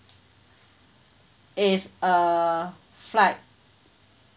is a flight